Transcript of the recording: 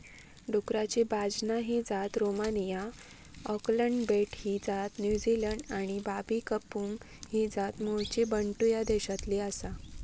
डुकराची बाजना ही जात रोमानिया, ऑकलंड बेट ही जात न्युझीलंड आणि बाबी कंपुंग ही जात मूळची बंटू ह्या देशातली आसा